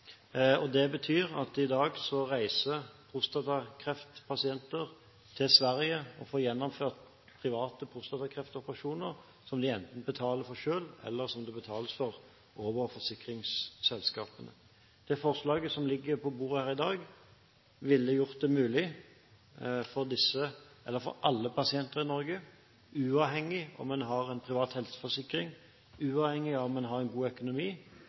gjort. Det betyr at i dag reiser prostatakreftpasienter til Sverige og får gjennomført private prostatakreftoperasjoner, som de enten betaler for selv, eller som det betales for via forsikringsselskapene. Det forslaget som ligger på bordet i dag, ville gjort det mulig for alle pasienter i Norge, uavhengig av om en har en privat helseforsikring, uavhengig av om en har en god økonomi,